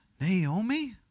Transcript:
Naomi